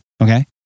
Okay